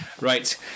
Right